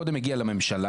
קודם הגיע לממשלה,